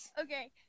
okay